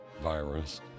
Virus